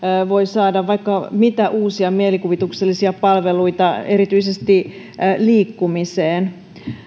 saada vaikka mitä uusia mielikuvituksellisia palveluita erityisesti liikkumiseen